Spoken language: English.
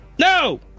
No